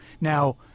Now